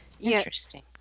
Interesting